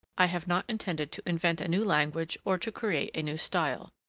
i have not intended to invent a new language or to create a new style.